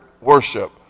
worship